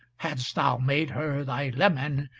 hadst thou made her thy leman,